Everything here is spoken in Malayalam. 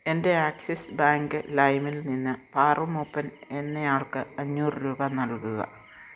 എൻ്റെ ആക്സിസ് ബാങ്ക് ലൈമിൽ നിന്ന് പാറു മൂപ്പൻ എന്നയാൾക്ക് അഞ്ഞൂറ് രൂപ നൽകുക